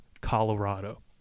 Colorado